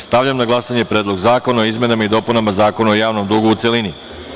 Stavljam na glasanje Predlog zakona o izmenama i dopunama Zakona o javnom dugu, u celini.